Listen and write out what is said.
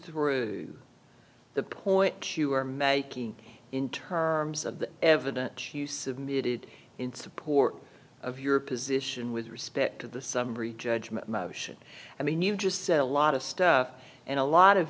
through the point you are making in terms of the evidence you submitted in support of your position with respect to the summary judgment motion i mean you just said a lot of stuff and a lot of